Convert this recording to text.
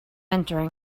entering